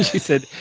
she said,